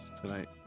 tonight